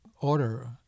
order